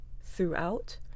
throughout